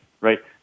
Right